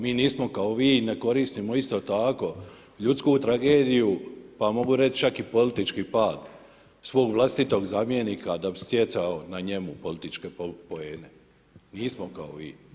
Mi nismo kao vi i ne koristimo isto tako ljudsku tragediju pa mogu reći čak i politički pad svog vlastitog zamjenika da bi stjecao na njemu političke poene, nismo kao vi.